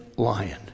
lion